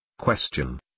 Question